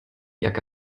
jacke